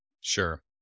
sure